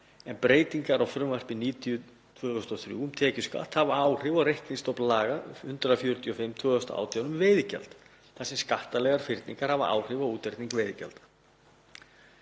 en breytingar á lögum nr. 90/2003, um tekjuskatt, hafa áhrif á reiknistofn laga nr. 145/2018, um veiðigjald, þar sem skattalegar fyrningar hafa áhrif á útreikning veiðigjalds.